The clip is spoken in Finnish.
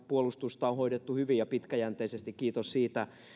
puolustusta on hoidettu hyvin ja pitkäjänteisesti kiitos siitä